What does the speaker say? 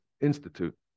Institute